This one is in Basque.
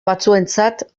batzuentzat